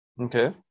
Okay